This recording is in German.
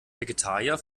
vegetarier